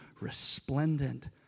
resplendent